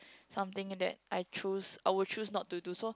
something that I choose I would choose not to do so